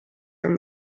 from